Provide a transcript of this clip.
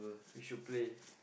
we should play